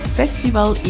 festival